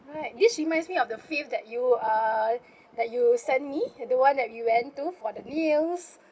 what this reminds me of the fifth that you uh that you send me the one that we went to for the nails